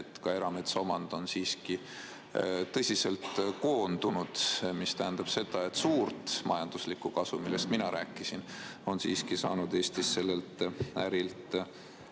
on erametsaomand siiski tõsiselt koondunud. See tähendab seda, et suurt majanduslikku kasu, millest mina rääkisin, on Eestis saanud sellelt ärilt